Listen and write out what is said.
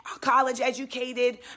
college-educated